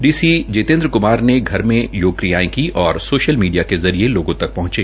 D C Jitendra Kumar ने घर में योग क्रियाएं की और सोशल मीडिया के जरिये लोगों तक पहंचे